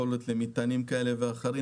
ואולי למטענים כאלה ואחרות,